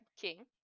King